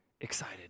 excited